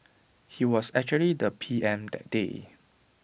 he was actually the P M that day